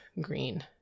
green